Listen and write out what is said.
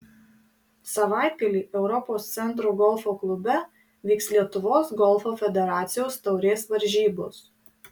savaitgalį europos centro golfo klube vyks lietuvos golfo federacijos taurės varžybos